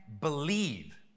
believe